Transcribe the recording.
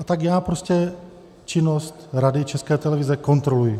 A tak já prostě činnost Rady České televize kontroluji.